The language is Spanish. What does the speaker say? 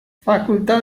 facultad